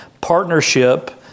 partnership